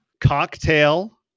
cocktail